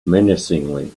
menacingly